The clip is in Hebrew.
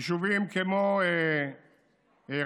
יישובים כמו רהט,